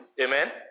Amen